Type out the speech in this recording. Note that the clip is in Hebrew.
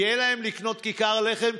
כי אין להם במה לקנות כיכר לחם,